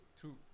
true